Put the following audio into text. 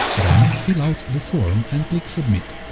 then, fill out the form and click submit.